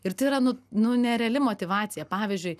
ir tai yra nu nu nereali motyvacija pavyzdžiui